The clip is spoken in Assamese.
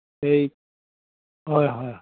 এই হয় হয়